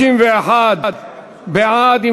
32 בעד.